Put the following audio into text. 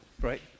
right